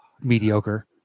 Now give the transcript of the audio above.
mediocre